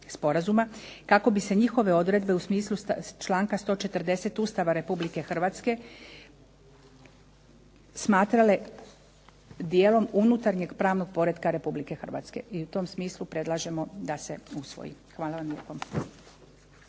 kako bi se njihove odredbe u smislu čl. 140. Ustava RH smatrale dijelom unutarnjeg pravnog poretka RH. I u tom smislu predlažemo da se usvoji. Hvala vam lijepo.